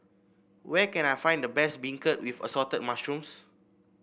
where can I find the best beancurd with Assorted Mushrooms